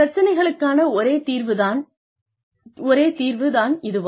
பிரச்சினைக்கான ஒரே தீர்வு தான் இதுவா